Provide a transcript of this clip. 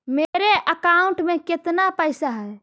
मेरे अकाउंट में केतना पैसा है?